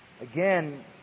again